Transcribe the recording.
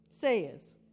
says